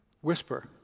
whisper